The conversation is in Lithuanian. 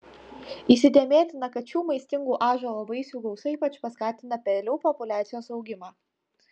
įsidėmėtina kad šių maistingų ąžuolo vaisių gausa ypač paskatina pelių populiacijos augimą